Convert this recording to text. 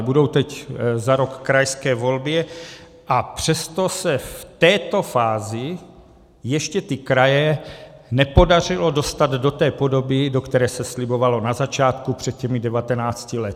Budou teď za rok krajské volby, a přesto se v této fázi ještě ty kraje nepodařilo dostat do té podoby, do které se slibovalo na začátku před těmi 19 lety.